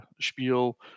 spiel